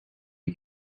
you